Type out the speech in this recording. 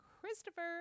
Christopher